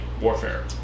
warfare